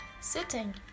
Sitting